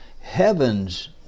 Heavens